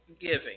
giving